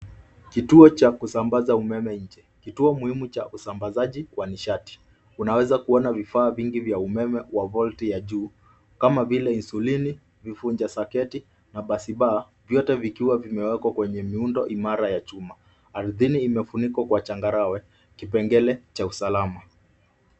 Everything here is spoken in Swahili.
Kituo cha kusambaza umeme nje. Kituo muhimu cha usambazaji wa nishati. Unaweza kuona vifaa vingi vya umeme wa volti ya juu, kama vile insulini, vivunja saketi na basiba vyote vikiwa vimewekwa miundo imara vya chuma. Ardhini imefunikwa kwa changarawe, kipengele cha usalama.